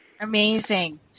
Amazing